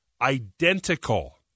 identical